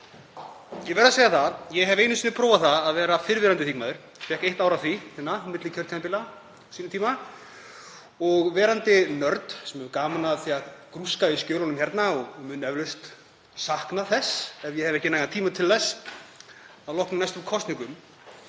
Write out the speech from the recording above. Ég verð að segja það að ég hef einu sinni prófað að vera fyrrverandi þingmaður, fékk eitt ár af því á milli kjörtímabila á sínum tíma og verandi nörd sem hefur gaman af því að grúska í skjölunum hérna — og mun eflaust sakna þess ef ég hef ekki nægan tíma til þess að loknum næstu kosningum